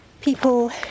people